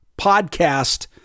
podcast